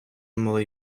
мали